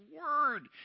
word